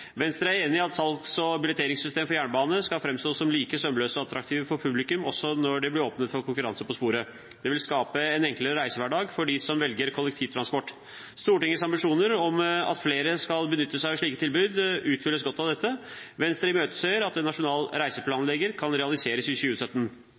Venstre er enig i at salgs- og billetteringssystemer for jernbane skal framstå som like sømløse og attraktive for publikum også når det blir åpnet for konkurranse på sporet. Det vil skape en enklere reisehverdag for dem som velger kollektivtransport. Stortingets ambisjoner om at flere skal benytte seg av slike tilbud, utfylles godt av dette. Venstre imøteser at en nasjonal